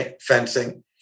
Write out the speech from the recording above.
fencing